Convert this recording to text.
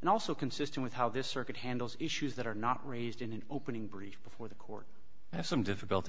and also consistent with how this circuit handles issues that are not raised in an opening brief before the court has some difficulty